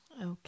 Okay